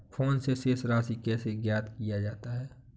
Phone से शेष राशि कैसे ज्ञात किया जाता है?